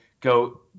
go –